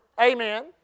Amen